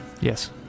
yes